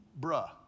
bruh